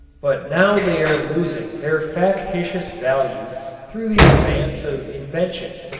but now they are losing their factitious value through the advance of invention.